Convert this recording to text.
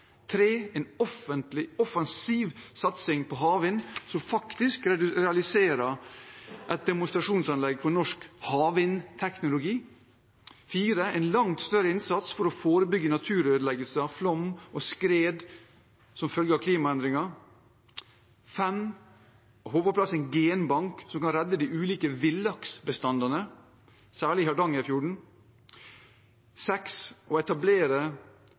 en offensiv satsing på havvind, som faktisk realiserer et demonstrasjonsanlegg for norsk havvindteknologi en langt større innsats for å forebygge naturødeleggelser, flom og skred som følge av klimaendringer få på plass en genbank som kan redde de ulike villaksbestandene, særlig i Hardangerfjorden